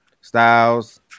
styles